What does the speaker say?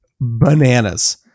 bananas